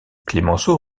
clemenceau